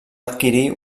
adquirir